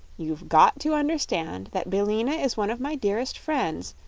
you've got to understand that billina is one of my dearest friends,